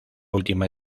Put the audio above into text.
última